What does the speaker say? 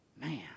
man